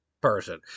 person